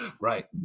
Right